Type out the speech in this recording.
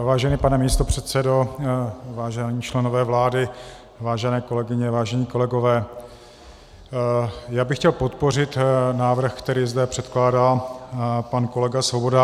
Vážený pane místopředsedo, vážení členové vlády, vážené kolegyně, vážení kolegové, já bych chtěl podpořit návrh, který zde předkládá pan kolega Svoboda.